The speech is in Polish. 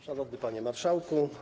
Szanowny Panie Marszałku!